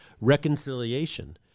reconciliation